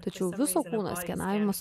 tačiau viso kūno skenavimas